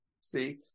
See